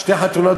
שתי חתונות,